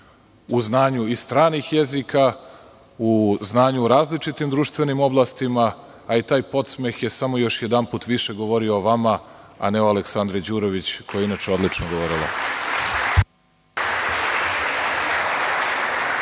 u znanju i stranih jezika, u znanju u različitim društvenim oblastima. Taj podsmeh je samo još jedanput više govorio o vama, a ne o Aleksandri Đurović, koja je inače odlično govorila.